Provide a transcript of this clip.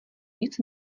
nic